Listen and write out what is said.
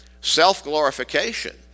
self-glorification